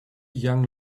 young